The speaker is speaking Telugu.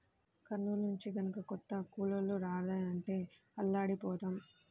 కర్నూలు నుంచి గనక కొత్త కూలోళ్ళు రాలేదంటే అల్లాడిపోతాం